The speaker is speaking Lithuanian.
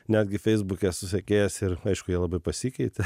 netgi feisbuke esu sekėjas ir aišku jie labai pasikeitė